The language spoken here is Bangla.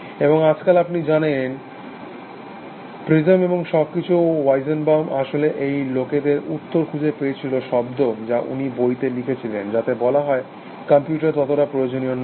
এবং আজকাল আপনি জানেন প্রিজম এবং সবকিছু ওয়েজিনবাউম আসলে ওই লোকেদের উত্তর খুঁজে পেয়েছিল শব্দ যা উনি বইতে লিখেছিলেন যাতে বলা হয় কম্পিউটার ততটা প্রয়োজনীয় নয়